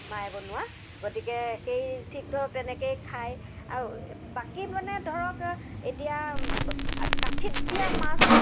মায়ে বনোৱা গতিকে সেই ঠিক ধৰক তেনেকেই খায় আৰু বাকী মানে ধৰক এতিয়া কাঠিত দিয়া মাছ